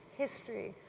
history,